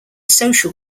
social